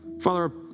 Father